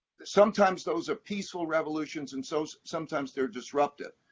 sometimes those are peaceful revolutions and so sometimes they are disruptive.